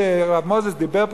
כשהרב מוזס דיבר פה,